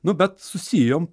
nu bet susijom